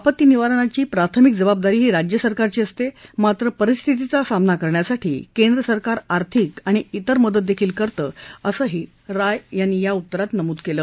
आपत्ती निवारणाची प्राथमिक जबाबदारी ही राज्यसरकारची असते मात्र परिस्थितीचा सामना करण्यासाठी केंद्रसरकार आर्थिक आणि तिर मदत करत असं राय यांनी सांगितलं